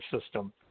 system